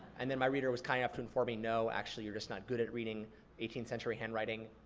and then my reader was kind enough to inform me, no, actually you're just not good at reading eighteenth century handwriting.